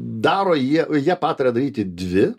daro jie jie pataria daryti dvi